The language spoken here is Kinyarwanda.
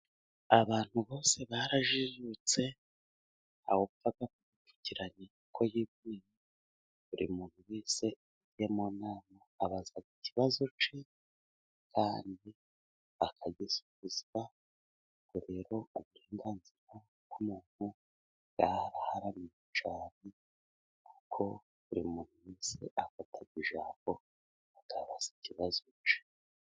Abantu bose barajijutse ntawupfa kubapfukiranya uko yiboneye ,buri muntu wese iyo ari mu nama abaza ikibazo cye kandi akagisubizwa , ubwo rero uburenganzira bw'umuntu bwaraharaniwe cyane kuko buri muntu wese afata ijambo akabaza ikibazo cye.